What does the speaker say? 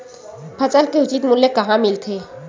फसल के उचित मूल्य कहां मिलथे?